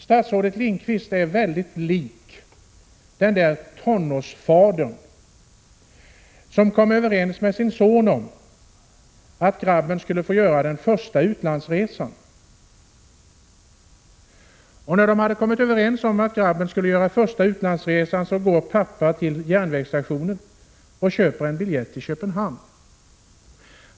Statsrådet Lindqvist är mycket lik den där tonårsfadern som kommer överens med sin son om att grabben skall få göra sin första utlandsresa. När de har kommit överens om att grabben skall få göra sin första utlandsresa går pappan till järnvägsstationen och köper en biljett till Köpenhamn.